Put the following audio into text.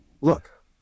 Look